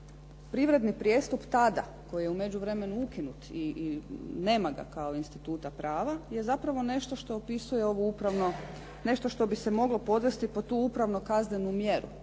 privredni prijestup tada koji je u međuvremenu ukinut i nema ga kao instituta prava je zapravo nešto što opisuje ovu upravno, nešto što bi se moglo podvesti pod tu upravno-kaznenu mjeru.